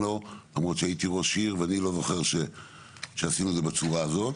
למרות שהייתי ראש עיר ואני לא זוכר שעשינו את זה בצורה הזו,